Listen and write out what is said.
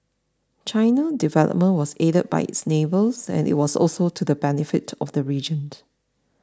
China development was aided by its neighbours and it was also to the benefit to of the region